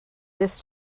this